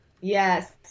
Yes